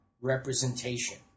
representation